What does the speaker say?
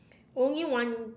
only one